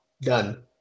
done